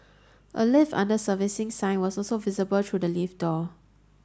a lift under servicing sign was also visible through the lift door